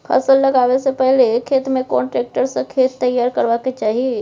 फसल लगाबै स पहिले खेत में कोन ट्रैक्टर स खेत तैयार करबा के चाही?